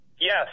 Yes